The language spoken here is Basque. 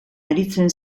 aritzen